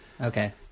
Okay